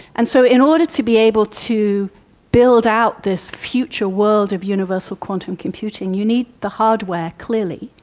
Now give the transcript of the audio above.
and so in order to be able to build out this future world of universal quantum computing, you need the hardware, clearly,